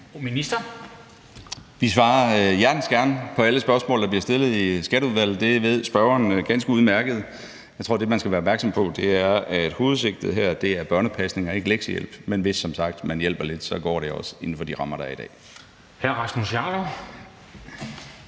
Vi svarer hjertens gerne på alle spørgsmål, der bliver stillet i Skatteudvalget. Det ved spørgeren ganske udmærket. Jeg tror, at det, man skal være opmærksom på, er, at hovedsigtet her er børnepasning og ikke lektiehjælp, men hvis man hjælper lidt, går det som sagt også inden for de rammer, der er i dag.